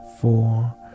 four